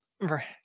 Right